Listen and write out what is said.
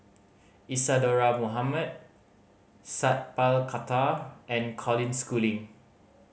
Isadhora Mohamed Sat Pal Khattar and Colin Schooling